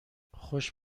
خوش